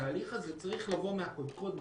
התהליך הזה צריך לבוא מהקדקוד,